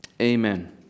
Amen